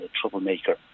troublemaker